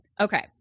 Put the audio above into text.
Okay